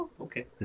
Okay